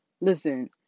Listen